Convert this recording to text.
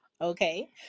okay